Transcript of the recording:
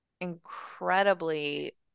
incredibly